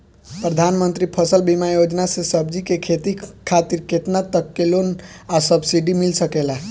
प्रधानमंत्री फसल बीमा योजना से सब्जी के खेती खातिर केतना तक के लोन आ सब्सिडी मिल सकेला?